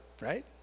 right